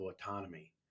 autonomy